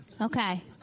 Okay